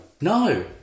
No